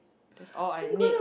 that's all I need